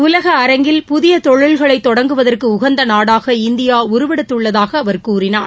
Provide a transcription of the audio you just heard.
உலக அரங்கில் புதிய தொழில்களைத் தொடங்குவதற்கு உகந்த நாடாக இந்தியா உருவெடுத்துள்ளதாக அவர் கூறினார்